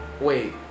wait